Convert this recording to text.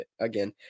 again